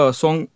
song